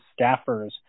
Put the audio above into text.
staffers